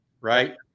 right